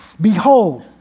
Behold